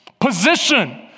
position